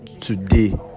today